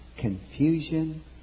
confusion